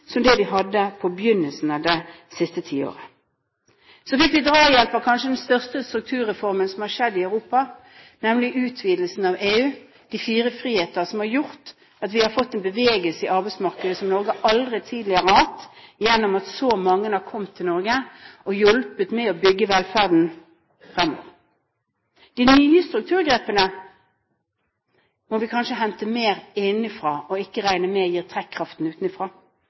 som det vi hadde på begynnelsen av det siste tiåret. Så fikk vi drahjelp av kanskje den største strukturreformen som har skjedd i Europa, nemlig utvidelsen av EU, de fire friheter, som har gjort at vi har fått en bevegelse i arbeidsmarkedet som Norge aldri tidligere har hatt, gjennom at så mange har kommet til Norge og hjulpet til med å bygge velferden fremover. De nye strukturgrepene må vi kanskje hente mer innenfra og ikke regne med trekkraft utenfra.